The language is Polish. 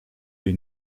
jej